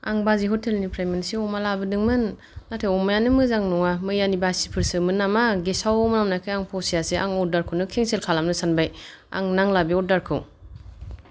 आं बाजै हटेल निफ्राय मोनसे अमा लाबोदोंमोन नाथाय अमायानो मोजां नङा मैयानि बासिफोरसोमोन नामा गेसाव मोनामनायखाय आं फसायासै आं अर्दार खौनो केन्सेल खालामनो सानबाय आंनो नांला बे अर्दार खौ